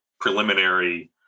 preliminary